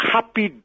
Happy